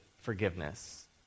forgiveness